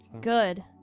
Good